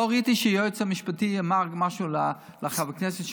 לא ראיתי שהיועץ המשפטי אמר משהו לחבר הכנסת,